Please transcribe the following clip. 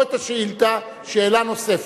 לא את השאילתא, שאלה נוספת.